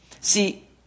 See